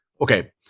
okay